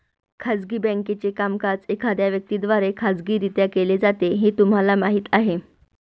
खाजगी बँकेचे कामकाज एखाद्या व्यक्ती द्वारे खाजगीरित्या केले जाते हे तुम्हाला माहीत आहे